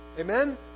Amen